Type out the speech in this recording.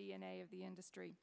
a of the industry